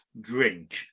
drink